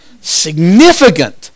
significant